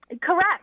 correct